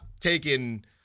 taking